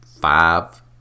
five